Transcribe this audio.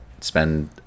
spend